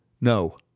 No